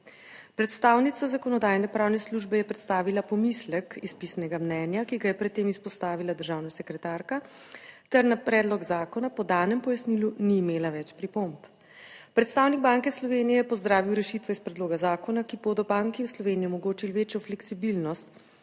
Predstavnica Zakonodajno-pravne službe je predstavila pomislek iz pisnega mnenja, ki ga je pred tem izpostavila državna sekretarka, ter na predlog zakona po danem pojasnilu ni imela več pripomb. Predstavnik Banke Slovenije je pozdravil rešitve iz predloga zakona, ki bodo Banki Slovenije omogočili večjo fleksibilnost